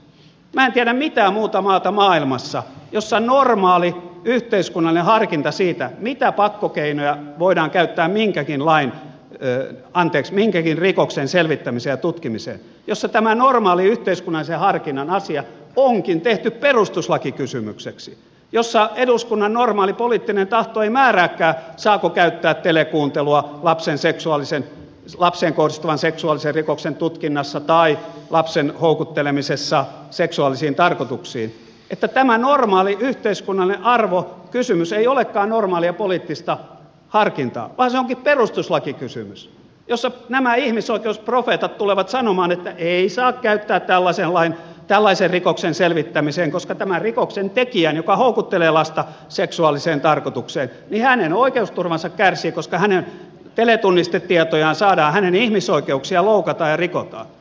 minä en tiedä maailmassa mitään muuta maata jossa normaali yhteiskunnallisen harkinnan asia siitä mitä pakkokeinoja voidaan käyttää minkäkin rikoksen selvittämiseen ja tutkimiseen jossa tämä normaali yhteiskunnallisen harkinnan asia onkin tehty perustuslakikysymykseksi jossa eduskunnan normaali poliittinen tahto ei määrääkään saako käyttää telekuuntelua lapseen kohdistuvan seksuaalisen rikoksen tutkinnassa tai kun tutkitaan lapsen houkuttelemista seksuaalisiin tarkoituksiin että tämä normaali yhteiskunnallinen arvokysymys ei olekaan normaalia poliittista harkintaa vaan se onkin perustuslakikysymys jossa nämä ihmisoikeusprofeetat tulevat sanomaan että ei saa käyttää tällaisen rikoksen selvittämiseen koska tämän rikoksentekijän joka houkuttelee lasta seksuaaliseen tarkoitukseen oikeusturva kärsii koska hänen teletunnistetietojaan saadaan hänen ihmisoikeuksiaan loukataan ja rikotaan